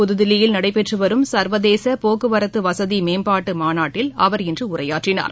புதுதில்லியில் நடைபெற்று வரும் சங்வதேச போக்குவரத்து வசதி மேம்பாட்டு மாநாட்டில் இன்று அவர் உரையாற்றினார்